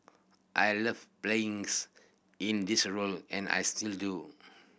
I love playing's in this role and I still do